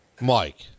Mike